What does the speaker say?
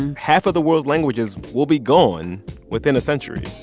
and half of the world's languages will be gone within a century.